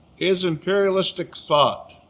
his imperialistic thought